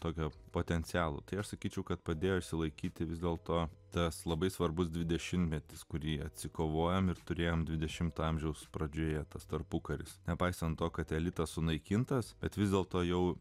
pagal potencialų tai aš sakyčiau kad padėjo išsilaikyti vis dėlto tas labai svarbus dvidešimtmetis kurį atsikovojome ir turėjome dvidešimto amžiaus pradžioje tas tarpukaris nepaisant to kad elitas sunaikintas bet vis dėlto jau